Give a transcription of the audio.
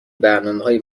برنامههای